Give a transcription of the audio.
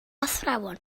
athrawon